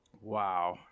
wow